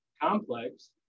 complex